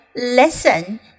listen